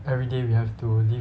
every day we have to live